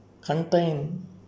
contain